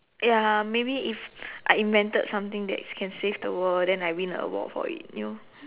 ya maybe if I invented something that can save the world then I win a award for it you know